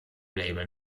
label